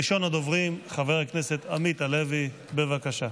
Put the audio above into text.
ראשון הדוברים, חבר הכנסת עמית הלוי, בבקשה.